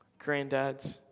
granddads